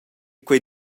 quei